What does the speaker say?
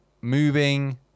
moving